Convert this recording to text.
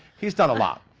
he's done a lot.